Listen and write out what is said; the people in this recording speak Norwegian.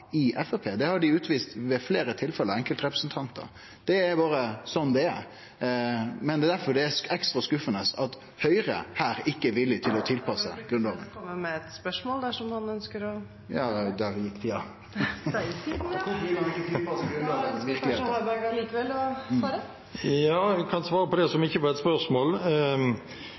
det har enkeltrepresentantar utvist ved fleire tilfelle, det er berre sånn det er. Det er difor det er ekstra skuffande at Høgre her ikkje er villig til tilpasse Grunnlova. Da bør representanten Knag Fylkesnes komme med et spørsmål dersom han ønsker det. Ja – der gjekk tida. Kvifor vil han ikkje tilpasse Grunnlova? Der gikk tiden, ja. Kanskje representanten Harberg likevel vil svare? Ja, jeg kan svare på det som ikke var et spørsmål.